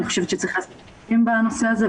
אני חושבת שצריך לעשות חושבים בנושא הזה,